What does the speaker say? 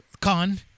Con